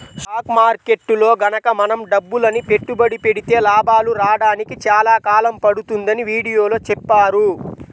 stock మార్కెట్టులో గనక మనం డబ్బులని పెట్టుబడి పెడితే లాభాలు రాడానికి చాలా కాలం పడుతుందని వీడియోలో చెప్పారు